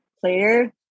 player